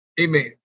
Amen